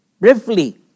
briefly